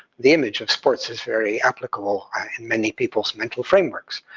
the image of sports is very applicable in many people's mental frameworks.